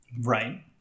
Right